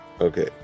Okay